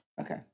Okay